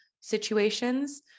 situations